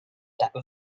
that